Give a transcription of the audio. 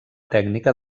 tècnica